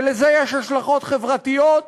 ולזה יש השלכות חברתיות,